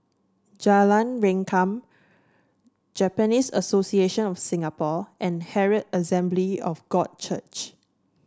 Jalan Rengkam Japanese Association of Singapore and Herald Assembly of God Church